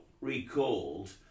recalled